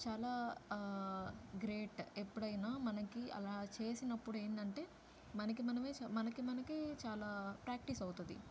చాలా గ్రేట్ ఎప్పుడైనా మనకి అలా చేసినప్పుడు ఏంటంటే మనకి మనమే చ మనకి మనకే చాలా ప్రాక్టీస్ అవుతుంది